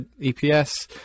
eps